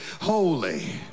holy